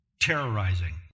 terrorizing